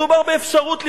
מדובר באפשרות לבנות,